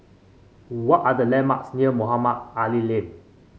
what are the landmarks near Mohamed Ali Lane